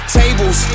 tables